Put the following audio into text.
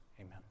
Amen